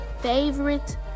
favorite